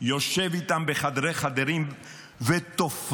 יושב איתם בחדרי חדרים ותופרים,